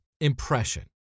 impression